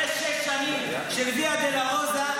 אחרי שש שנים של ויה דולורוזה,